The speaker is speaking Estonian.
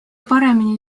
paremini